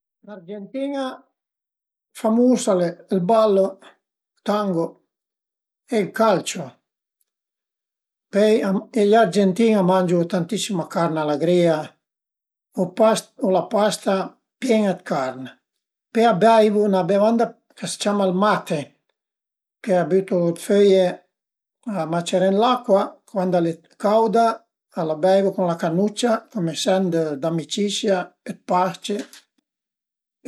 Üna coza cüriuza, ël pi bel fiur secund mi che l'ai mai vist, che l'avìu mai nutà al e cula d'la carota salvagia, a cres lunch le stra, ënt i pra, ën po dapertüt, al e bianch, a zmìa cuazi a ün paracua tüt düvert, al a sinc u ses fiur tüt danturn, tüti uguai e tüti dë puntin bianch ënt ël mes